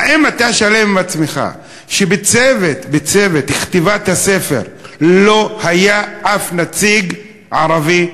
האם אתה שלם עם עצמך כשבצוות כתיבת הספר לא היה אף נציג ערבי?